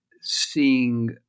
seeing